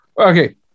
Okay